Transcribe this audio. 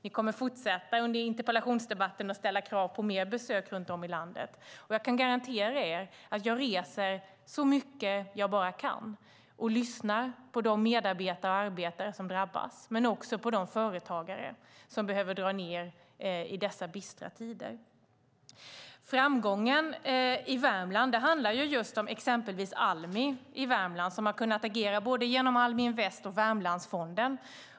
Ni kommer under interpellationsdebatten att fortsätta att ställa krav på mer besök runt om i landet, och jag kan garantera er att jag reser så mycket jag bara kan. Jag lyssnar på de medarbetare och arbetare som drabbas, men också på de företagare som behöver dra ned i dessa bistra tider. Framgången i Värmland handlar om exempelvis Almi, som har kunnat agera genom både Almi Invest och Värmlandsfonden.